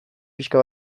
pixka